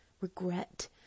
regret